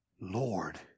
Lord